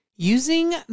Using